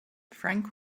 frank